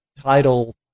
title